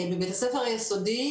בבית הספר היסודי,